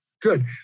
good